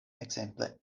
ekzemple